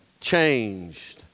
changed